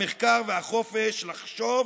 המחקר והחופש לחשוב